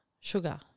sugar